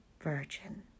Virgin